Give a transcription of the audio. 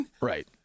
Right